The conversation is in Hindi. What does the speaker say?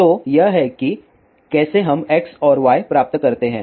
तो यह है कि कैसे हम x और y प्राप्त करते हैं